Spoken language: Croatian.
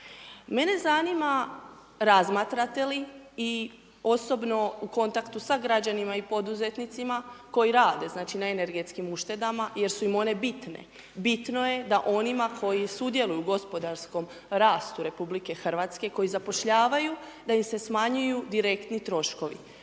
Mene zanima razmatrate li i osobne u kontaktu sa građanima i poduzetnicima koji rade na energetskim uštedama jer su im one bitne, bitno je da onima koji sudjeluju u gospodarskom rastu RH, koji zapošljavaju, da im se smanjuju direktni troškovi.